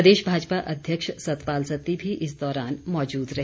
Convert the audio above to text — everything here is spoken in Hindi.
प्रदेश भाजपा अध्यक्ष सतपाल सत्ती भी इस दौरान मौजूद रहे